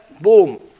boom